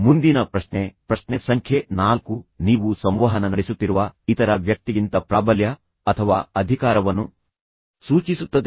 ಮುಂದಿನ ಪ್ರಶ್ನೆ ಪ್ರಶ್ನೆ ಸಂಖ್ಯೆ ನಾಲ್ಕು ನೀವು ಸಂವಹನ ನಡೆಸುತ್ತಿರುವ ಇತರ ವ್ಯಕ್ತಿಗಿಂತ ಪ್ರಾಬಲ್ಯ ಅಥವಾ ಅಧಿಕಾರವನ್ನು ಸೂಚಿಸುತ್ತದೆ